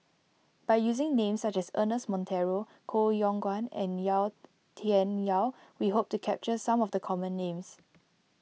by using names such as Ernest Monteiro Koh Yong Guan and Yau Tian Yau we hope to capture some of the common names